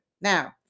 Now